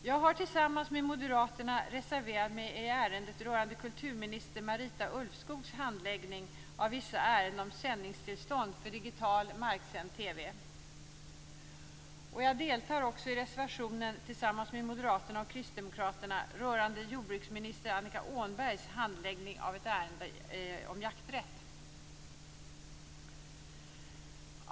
Jag har tillsammans med Moderaterna reserverat mig i ärendet rörande kulturminister Marita Ulvskogs handläggning av vissa ärenden om sändningstillstånd för digital marksänd TV. Jag deltar också i reservationen tillsammans med Moderaterna och Kristdemokraterna rörande jordbruksminister Annika Åhnbergs handläggning av ett ärende om jakträtt.